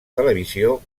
televisió